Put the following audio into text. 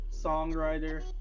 songwriter